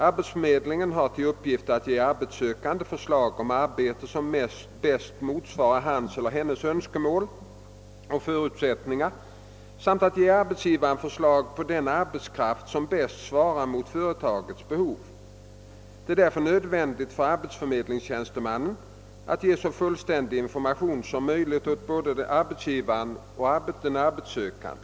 Arbetsförmedlingen har till uppgift att ge arbetssökande förslag om arbete som bäst motsvarar hans eller hennes önskemål och förutsättningar samt att ge arbetsgivaren förslag på den arbetskraft som bäst svarar mot företagets behov. Det är därför nödvändigt för arbetsförmedlingstjänstemannen att ge så fullständig information som möjligt åt både arbetsgivare och arbetssökande.